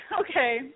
okay